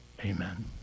Amen